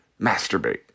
Masturbate